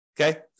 okay